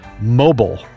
mobile